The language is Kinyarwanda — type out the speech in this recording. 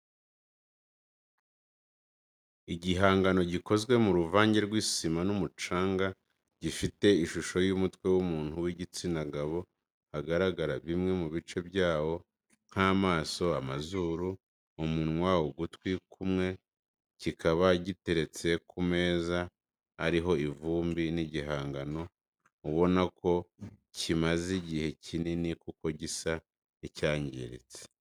Igihangano gikoze mu ruvange rw'isima n'umucanga gifite ishusho y'umutwe w'umuntu w'igitsina gabo hagaragara bimwe mu bice byawo nk'amaso amazuru, umunwa ugutwi kumwe kikaba giteretse ku meza ariho ivumbi ni igihangano ubona ko kimaze igihe kinini kuko gisa n'icyangiritse.